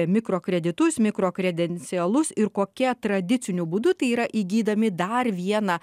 mikrokreditus mikro kredencialus ir kokia tradiciniu būdu tai yra įgydami dar vieną